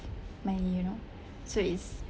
money you know so it's